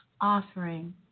Offering